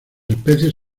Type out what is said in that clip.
especies